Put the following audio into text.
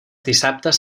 dissabtes